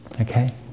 Okay